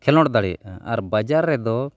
ᱠᱷᱮᱞᱳᱰ ᱫᱟᱲᱮᱭᱟᱜᱼᱟ ᱟᱨ ᱵᱟᱡᱟᱨ ᱨᱮᱫᱚ